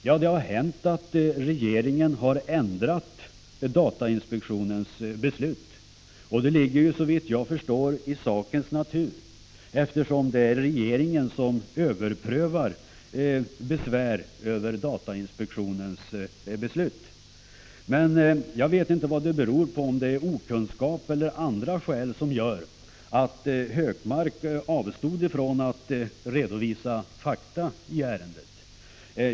Ja, det har hänt att regeringen har ändrat datainspektionens beslut. Det ligger, såvitt jag kan förstå, i sakens natur, eftersom det är regeringen som överprövar besvär över datainspektionens beslut. Jag vet inte vad det beror på, om det är okunskap eller andra skäl som gjorde att Gunnar Hökmark avstod från att redovisa fakta i ärendet.